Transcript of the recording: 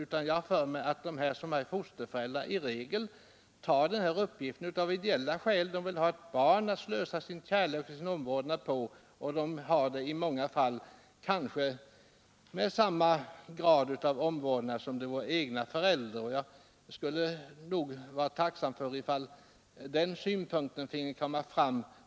Jag har för mig att fosterföräldrarna i regel tar denna uppgift av ideella skäl: de vill ha ett barn att slösa sin kärlek och sin omvårdnad på. De ger i många fall samma grad av omvårdnad som om de vore barnets egna föräldrar. Jag skulle vara tacksam om den synpunkten finge komma fram.